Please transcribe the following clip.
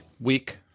Week